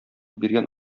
биргән